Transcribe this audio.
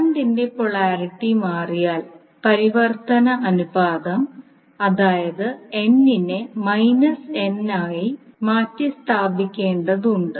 current ൻറെ polarity മാറിയാൽ പരിവർത്തന അനുപാതം അതായത് n നെ n ആയി മാറ്റിസ്ഥാപിക്കേണ്ടതുണ്ട്